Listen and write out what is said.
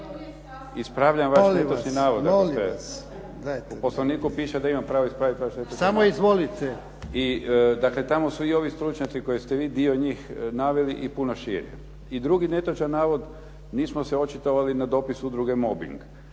Ispravljam vaš netočni navod. U Poslovniku piše da imam pravo ispraviti vaš navod. **Jarnjak, Ivan (HDZ)** Samo izvolite. **Hebrang, Andrija (HDZ)** I dakle, tamo su i oni stručnjaci koji ste vi dio njih naveli i puno šire. I drugi netočan navod nismo se očitovali na dopis Udruge mobing.